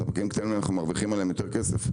ספקים קטנים אנחנו מרוויחים עליהם יותר כסף,